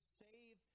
save